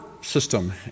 system